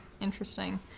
interesting